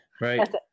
right